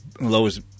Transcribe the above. Lowest